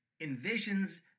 envisions